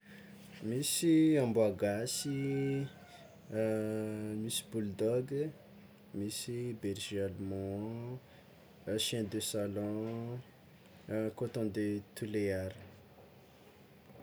Misy amboa gasy misy bulldog, misy berger allemand, chien de salon, coton de tulear.